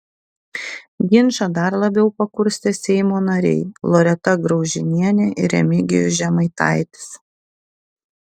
ginčą dar labiau pakurstė seimo nariai loreta graužinienė ir remigijus žemaitaitis